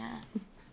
yes